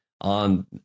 on